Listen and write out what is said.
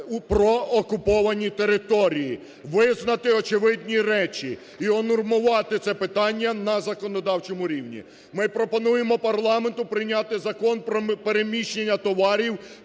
про окуповані території, визнати очевидні речі і унормувати це питання на законодавчому рівні. Ми пропонуємо парламенту прийняти Закон про переміщення товарів